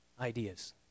ideas